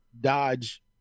Dodge